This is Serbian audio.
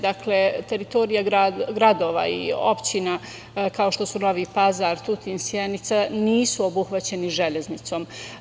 Dakle, teritorija gradova i opština kao što su Novi Pazar, Tutin, Sjenica nisu obuhvaćeni železnicom.